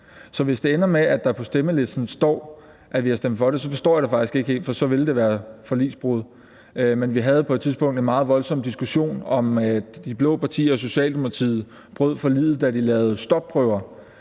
Så hvis det ender med, at der på stemmelisten står, at vi har stemt for det, forstår jeg det faktisk ikke helt, for så ville det være forligsbrud. Men vi havde på et tidspunkt en meget voldsom diskussion om, at de blå partier og Socialdemokratiet brød forliget, da de lavede stopprøver.